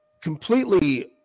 completely